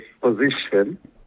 position